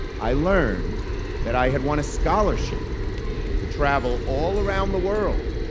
i learned that i had won a scholarship to travel all around the world,